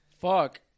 Fuck